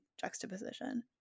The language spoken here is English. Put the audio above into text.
juxtaposition